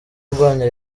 urwanya